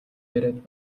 яриад